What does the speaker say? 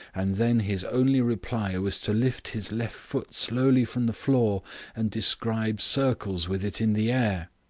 and then his only reply was to lift his left foot slowly from the floor and describe circles with it in the air.